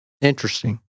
interesting